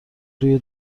روی